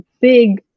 big